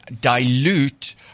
dilute